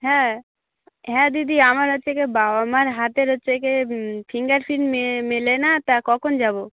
হ্যাঁ হ্যাঁ দিদি আমার হচ্ছে গিয়ে বাবা মার হাতের হচ্ছে গিয়ে ফিঙ্গার প্রিন্টার মেলে না তা কখন যাব